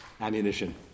ammunition